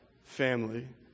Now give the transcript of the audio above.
family